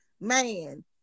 man